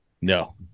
No